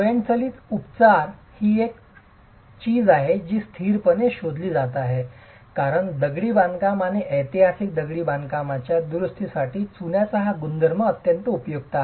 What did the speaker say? स्वयंचलित उपचार ही अशी एक चीज आहे जी स्थिरपणे शोधली जात आहे कारण दगडी बांधकाम आणि ऐतिहासिक दगडी बांधकाम च्या दुरुस्तीसाठी चुन्याचा हा गुणधर्म अत्यंत उपयुक्त आहे